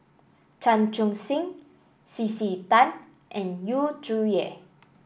Chan Chun Sing C C Tan and Yu Zhuye